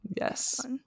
yes